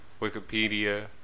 Wikipedia